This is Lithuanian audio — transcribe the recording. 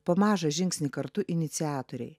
po mažą žingsnį kartu iniciatoriai